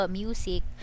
music